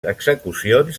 execucions